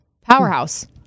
Powerhouse